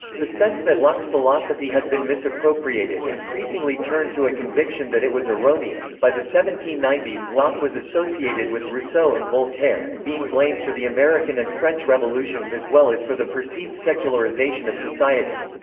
the sense that locke's philosophy had been misappropriated increasingly turned to a conviction that it was erroneous. by the seventeen ninety s locke was associated with rousseau and voltaire and being blamed for the american and french revolutions as well as for the perceived secularisation of society.